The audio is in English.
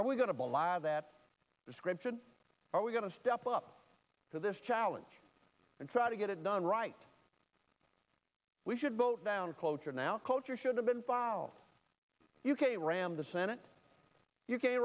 are we going to belie that description are we going to step up to this challenge and try to get it done right we should vote down cloture now culture should have been filed u k ram the senate